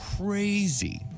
crazy